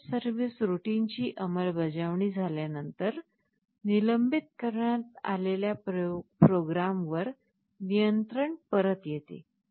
interrupt service रूटीनची अंमलबजावणी झाल्यानंतर निलंबित करण्यात आलेल्या प्रोग्रामवर नियंत्रण परत येते